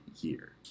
year